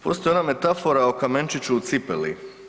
Postoji ona metafora o kamenčiću u cipeli.